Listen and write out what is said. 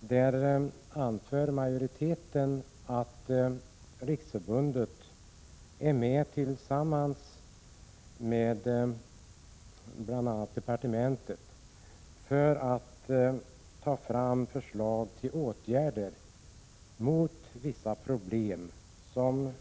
Där anför majoriteten att riksförbundet tillsammans med bl.a. departementet skall ta fram förslag till åtgärder mot vissa problem som